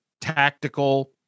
tactical